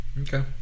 Okay